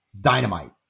dynamite